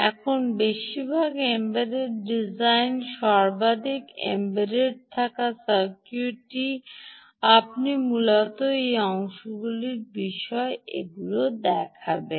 এখন বেশিরভাগ embedded design সর্বাধিক এম্বেড থাকা সার্কিটটি আপনি মূলত এই অংশগুলির বিষয়গুলি এগুলি দেখবেন